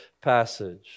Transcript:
passage